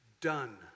Done